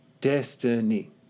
Destiny